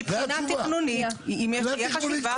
מבחינה תכנונית אם תהיה חשיבה --- מבחינה